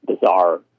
bizarre